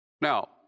Now